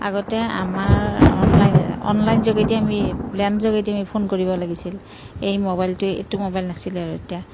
আগতে আমাৰ online online যোগেদি আমি লেণ্ড যোগেদি আমি ফোন কৰিব লাগিছিল এই মোবাইলটো এইটো মোবাইল নাছিল আৰু তেতিয়া